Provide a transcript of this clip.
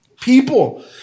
people